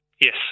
Yes